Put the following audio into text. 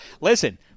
Listen